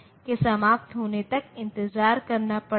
इस समीकरण को संतुष्ट किया जा सकता है